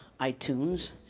iTunes